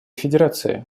федерации